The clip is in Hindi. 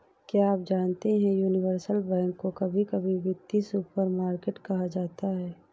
क्या आप जानते है यूनिवर्सल बैंक को कभी कभी वित्तीय सुपरमार्केट कहा जाता है?